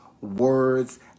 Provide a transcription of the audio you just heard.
words